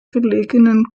gelegenen